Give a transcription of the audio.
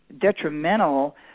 detrimental